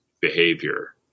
behavior